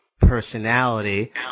personality